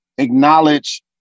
acknowledge